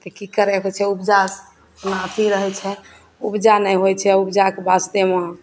तऽ कि करैके होइ छै उपजा कि रहै छै ओना उपजा नहि होइ छै उपजाके वास्तेमे